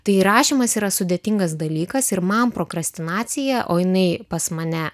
tai rašymas yra sudėtingas dalykas ir man prokrestinacija o jinai pas mane